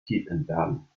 tiefentladen